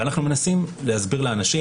ואנחנו מנסים להסביר לאנשים,